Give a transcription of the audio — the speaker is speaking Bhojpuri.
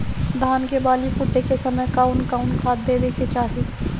धान के बाली फुटे के समय कउन कउन खाद देवे के चाही?